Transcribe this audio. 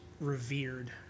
revered